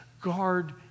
guard